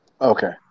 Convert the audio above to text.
okay